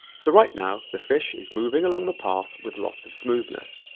so right now, the fish is moving along the path with lots of smoothness.